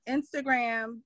Instagram